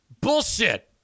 bullshit